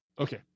Okay